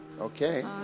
Okay